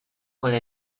will